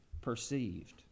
perceived